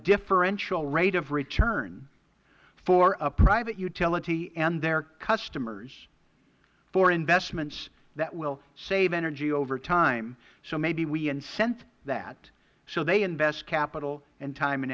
differential rate of return for a private utility and their customers for investments that will save energy over time so maybe we incent that so they invest capital in time and